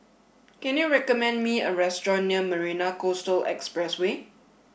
can you recommend me a restaurant near Marina Coastal Expressway